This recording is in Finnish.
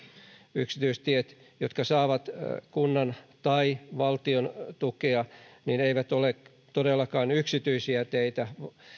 yksityistiet jotka saavat kunnan tai valtion tukea eivät ole todellakaan yksityisiä teitä